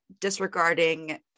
disregarding